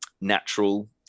natural